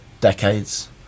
decades